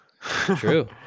true